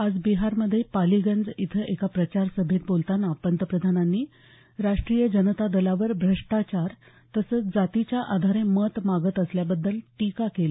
आज बिहारमध्ये पालीगंज इथं एका प्रचार सभेत बोलताना पंतप्रधानांनी राष्ट्रीय जनता दलावर भ्रष्टाचार तसंच जातीच्या आधारे मत मागत असल्याबद्दल टीका केली